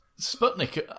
Sputnik